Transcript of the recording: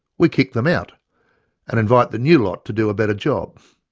we kick them out and invite the new lot to do a better job.